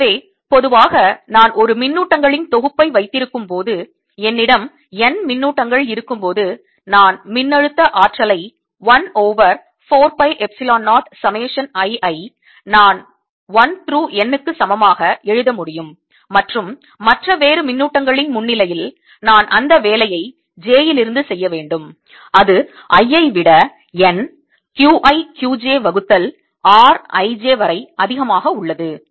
எனவே பொதுவாக நான் ஒரு மின்னூட்டங்களின் தொகுப்பை வைத்திருக்கும் போது என்னிடம் N மின்னூட்டங்கள் இருக்கும்போது நான் மின்னழுத்த ஆற்றல் ஐ 1 over 4 pi epsilon 0 summation i ஐ நான் 1 through N க்கு சமமாக எழுத முடியும் மற்றும் மற்ற வேறு மின்னூட்டங்களின் முன்னிலையில் நான் அந்த வேலையை j யிலிலிருந்து செய்ய வேண்டும் அது i ஐ விட N Q i Qj வகுத்தல் r i j வரை அதிகமாக உள்ளது